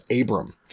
Abram